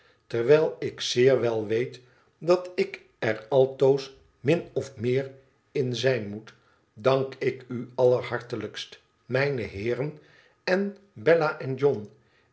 terwijl ik zeer wel weet dat ik er altoos min of meer in zijn nioet dank ik u allerhartelijkst mijne heeren en bella en john